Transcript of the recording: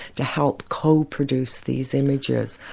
to help co-produce these images.